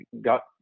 got